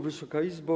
Wysoka Izbo!